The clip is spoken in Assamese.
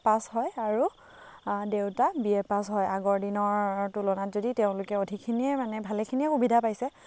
পাছ হয় আৰু আ দেউতা বি এ পাছ হয় আগৰ দিনৰ তুলনাত যদি তেওঁলোকে অধিকখিনিয়ে মানে ভালেখিনিয়ে সুবিধা পাইছে